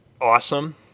awesome